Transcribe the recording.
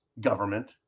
government